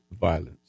Violence